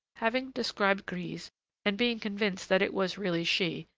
having described grise and being convinced that it was really she,